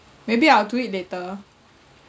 maybe I'll do it later